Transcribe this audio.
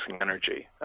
energy